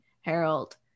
Harold